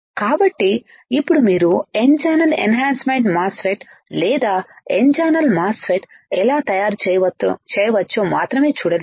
కాబట్టి ఇప్పుడు మీరు n ఛానల్ ఎన్హాన్సమెంట్టైపు మాస్ఫెట్ లేదా n ఛానల్ మాస్ ఫెట్ ఎలా తయారు చేయవచ్చో మాత్రమే చూడలేదు